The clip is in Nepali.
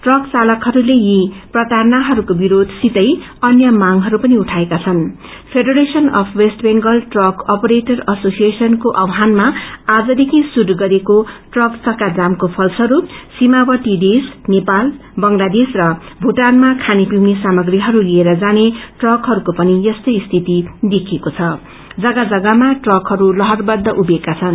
ट्रक चालकहरूले यी प्रताइनाहरूको विरोष सितै अन्य मांगहरू पनि उइएका छन् federation of West Bengal truck operator association को आव्रानमा आजरेखी शुस गरिएको ट्रकइस्को घक्का जामको फलस्वरूप सीमावर्ती देश नेपाल बंगालादेश र पूटानमा खाने पिउने सामग्रीहरू लिएर जाने ट्रकहरूको पनि यस्तै स्थिति देखिएको छ भने जग्गा जग्गामा ट्रकहरूको लहरहरू खड्रा छनु